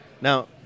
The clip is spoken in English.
Now